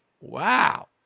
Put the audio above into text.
Wow